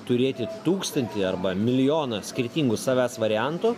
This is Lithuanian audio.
turėti tūkstantį arba milijoną skirtingų savęs variantų